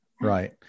Right